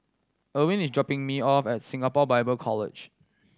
Irwin is dropping me off at Singapore Bible College